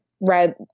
read